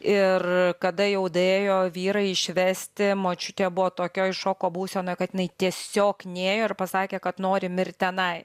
ir kada jau daėjo vyrai išvesti močiutė buvo tokioj šoko būsenoj kad inai tiesiog nėjo ir pasakė kad nori mirt tenai